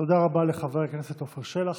תודה רבה לחבר הכנסת עפר שלח.